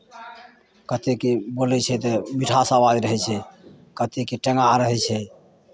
कतेकके बोलै छै तऽ मिठास आवाज रहै छै कतेकके टेङ्गाह रहै छै